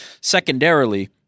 Secondarily